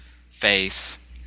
face